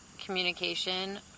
communication